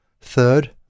Third